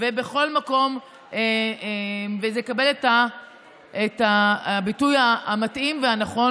ובכל מקום, וזה יקבל את הביטוי המתאים והנכון,